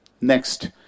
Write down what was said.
Next